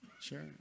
Sure